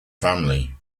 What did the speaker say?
family